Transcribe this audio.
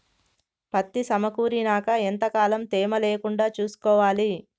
పత్తి సమకూరినాక ఎంత కాలం తేమ లేకుండా చూసుకోవాలి?